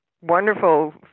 wonderful